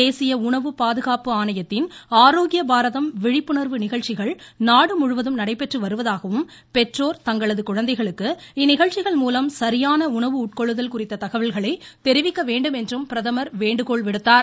தேசிய உணவுப்பாதுகாப்பு ஆணையத்தின் ஆரோக்கிய பாரதம் விழிப்புணர்வு நிகழ்ச்சிகள் நாடு முழுவதும் நடைபெற்று வருவதாகவும் பெற்றோர் தங்களது குழந்தைகளுக்கு இந்நிகழ்ச்சிகள் மூலம் சரியான உணவு உட்கொள்ளுதல் குறித்த தகவல்களை தெரிவிக்க வேண்டும் என்றும் பிரதமர் வேண்டுகோள் விடுத்தார்